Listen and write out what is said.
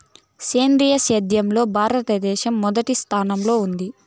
సేంద్రీయ సేద్యంలో భారతదేశం మొదటి స్థానంలో ఉంది